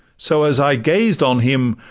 so as i gazed on him,